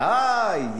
או יריב, ודאי.